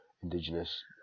indigenous